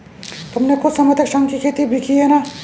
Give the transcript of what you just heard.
तुमने कुछ समय तक शंख की खेती भी की है ना?